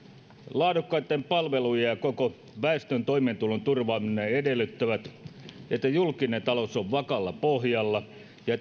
laadukkaitten palvelujen ja koko väestön toimeentulon turvaaminen edellyttävät että julkinen talous on vakaalla pohjalla ja